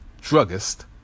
Druggist